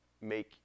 make